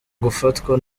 gufatwa